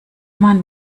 man